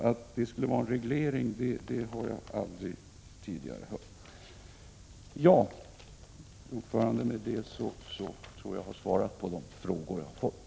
Att det skulle vara en reglering har jag aldrig tidigare hört. Herr talman! Med det sagda tror jag att jag har svarat på de frågor som ställts.